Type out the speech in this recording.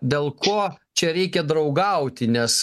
dėl ko čia reikia draugauti nes